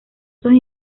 esos